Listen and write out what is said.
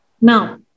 Now